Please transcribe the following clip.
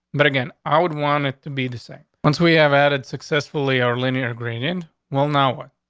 but again, i would want it to be the same. once we have added successfully are linear ingredient will. now what?